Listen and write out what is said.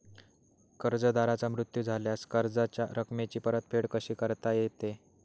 कर्जदाराचा मृत्यू झाल्यास कर्जाच्या रकमेची परतफेड कशी करता येते?